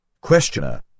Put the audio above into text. Questioner